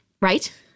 Right